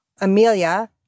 Amelia